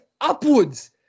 upwards